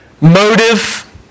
motive